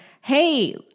Hey